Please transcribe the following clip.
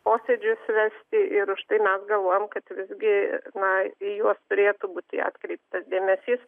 posėdžius vesti ir už tai mes galvojam kad visgi na į juos turėtų būti atkreiptas dėmesys